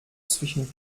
zwischen